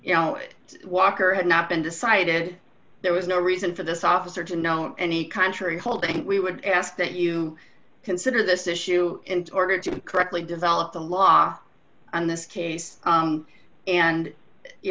walker had not been decided there was no reason for this officer to know any contrary holding we would ask that you consider this issue in order to correctly develop the law on this case and you